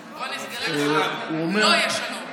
לא יהיה שלום.